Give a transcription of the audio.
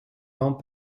vents